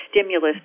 stimulus